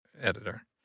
editor